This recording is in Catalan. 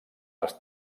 les